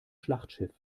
schlachtschiff